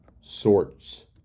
sorts